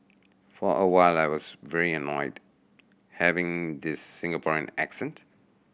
for a while I was very annoyed having this Singaporean accent